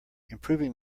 improving